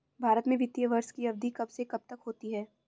भारत में वित्तीय वर्ष की अवधि कब से कब तक होती है?